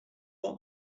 what